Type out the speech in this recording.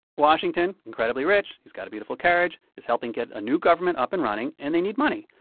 washington incredibly rich he's got a beautiful carriage is helping get a new government up and running, and they need money.